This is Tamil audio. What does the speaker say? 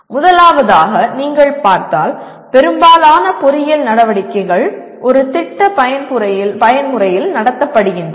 முதலாவதாக நீங்கள் பார்த்தால் பெரும்பாலான பொறியியல் நடவடிக்கைகள் ஒரு திட்ட பயன்முறையில் நடத்தப்படுகின்றன